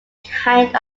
kind